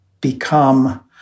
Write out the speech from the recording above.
become